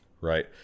Right